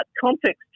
context